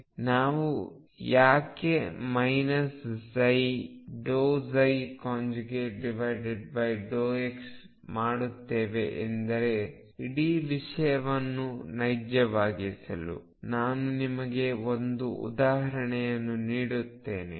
ನಾವು ಯಾಕೆ ψ∂x ಮಾಡುತ್ತೇವೆ ಎಂದರೆ ಇಡೀ ವಿಷಯವನ್ನು ನೈಜ್ಯವಾಗಿಸಲು ನಾನು ನಿಮಗೆ ಒಂದು ಉದಾಹರಣೆಯನ್ನು ನೀಡುತ್ತೇನೆ